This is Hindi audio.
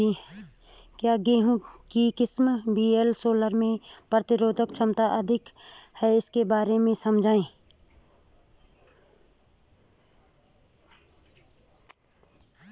क्या गेहूँ की किस्म वी.एल सोलह में प्रतिरोधक क्षमता अधिक है इसके बारे में समझाइये?